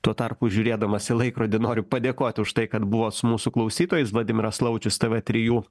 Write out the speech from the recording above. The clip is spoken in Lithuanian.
tuo tarpu žiūrėdamas į laikrodį noriu padėkot už tai kad buvot su mūsų klausytojais vladimiras laučius tv trijų